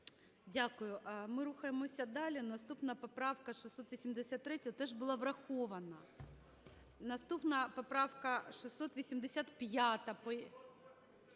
Дякую. Ми рухаємося далі. Наступна поправка – 683, теж була врахована. Наступна поправка - 685.